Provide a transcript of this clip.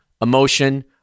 emotion